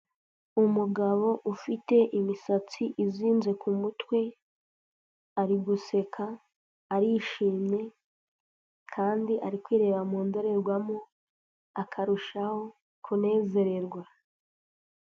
Umugabo ufite imisatsi izinze ku mutwe ari guseka, arishimye kandi ari kwireba mu ndorerwamo akarushaho kunezererwa.